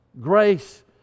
grace